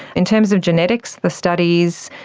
in terms of genetics, the studies,